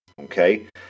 okay